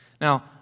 Now